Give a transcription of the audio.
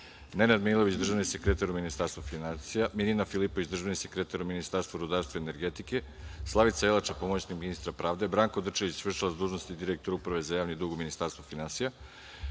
Nenad Milović, državni sekretar u Ministarstvu finansija, Milina Filipović, državni sekretar u Ministarstvu rudarstva i energetike, Slavica Jelača, pomoćnik ministra pravde, Branko Drčević, v.d. direktora Uprave za javni dug u Ministarstvu finansija,